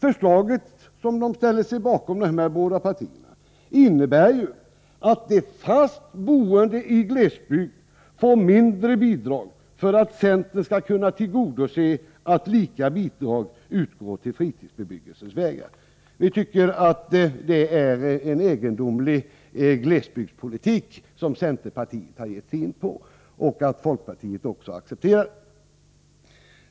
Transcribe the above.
Förslaget, som båda dessa partier ställer sig bakom, innebär ju att de fast boende i glesbygd får mindre bidrag för att centern skall kunna tillgodose kravet att lika bidrag skall utgå till fritidsbebyggelses vägar. Vi tycker att det är en egendomlig glesbygdspolitik som centerpartiet har gett sig in på, och vi tycker det är egendomligt att folkpartiet accepterar den.